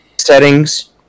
settings